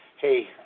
hey